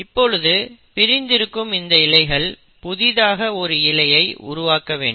இப்பொழுது பிரிந்து இருக்கும் இந்த இழைகள் புதிதாக ஒரு இழையை உருவாக்க வேண்டும்